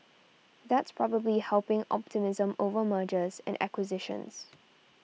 that's probably helping optimism over mergers and acquisitions